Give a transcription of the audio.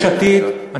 רק לסיים בבקשה.